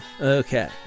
Okay